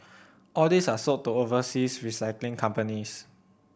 all these are sold to overseas recycling companies